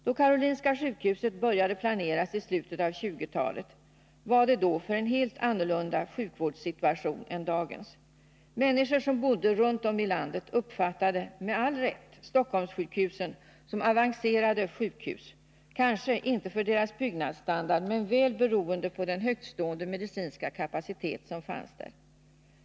Då Karolinska sjukhuset började planeras i slutet av 1920-talet var det för en helt annorlunda sjukvårdssituation än dagens. Människor som bodde runt om i landet uppfattade, med all rätt, Stockholmssjukhusen som de avancerade sjukhusen — kanske inte för deras byggnadsstandard men väl beroende på den högtstående medicinska kapacitet som fanns där.